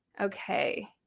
Okay